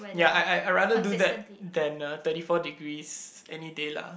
ya I I I'd rather do that than uh thirty four degrees any day lah